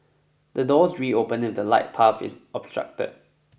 the doors reopen if the light path is obstructed